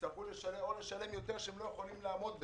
או יצטרכו לשלם יותר והם לא יוכלו לעמוד בזה.